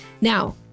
Now